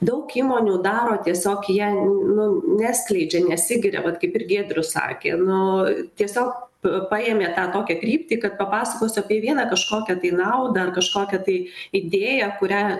daug įmonių daro tiesiog jie nu neskleidžia nesigiria vat kaip ir giedrius sakė nu tiesiog paėmė tą tokią kryptį kad papasakosiu apie vieną kažkokią tai naudą ar kažkokią tai idėją kurią